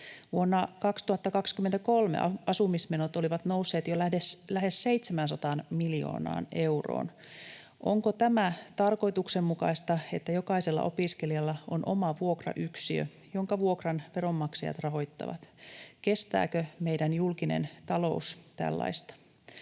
Vuonna 2023 asumismenot olivat nousseet jo lähes 700 miljoonaan euroon. Onko tämä tarkoituksenmukaista, että jokaisella opiskelijalla on oma vuokrayksiö, jonka vuokran veronmaksajat rahoittavat? Kestääkö meidän julkinen talous tällaista?